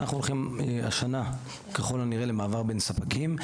אנחנו הולכים השנה ככל הנראה למעבר בין ספקים,